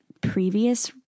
previous